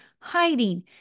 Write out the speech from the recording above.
hiding